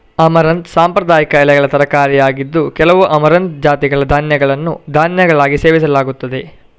amaranth ಸಾಂಪ್ರದಾಯಿಕ ಎಲೆಗಳ ತರಕಾರಿಯಾಗಿದ್ದು, ಕೆಲವು ಅಮರಂಥ್ ಜಾತಿಗಳ ಧಾನ್ಯಗಳನ್ನು ಧಾನ್ಯಗಳಾಗಿ ಸೇವಿಸಲಾಗುತ್ತದೆ